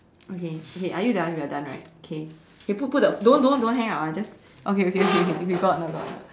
okay okay are you done we're done right okay put put the don't don't hang up ah okay okay okay we go out we go out now